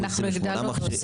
אנחנו -- אנחנו הגדלנו והוספנו.